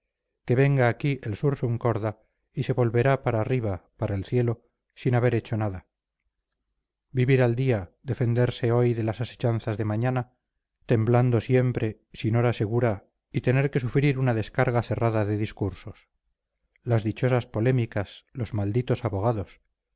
que venga aquí el sursum corda y se volverá para arriba para el cielo sin haber hecho nada vivir al día defenderse hoy de las asechanzas de mañana temblando siempre sin hora segura y tener que sufrir una descarga cerrada de discursos las dichosas polémicas los malditos abogados